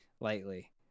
lightly